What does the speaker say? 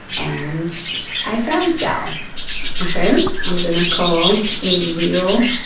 and i found sal ok. i'm going to call a real,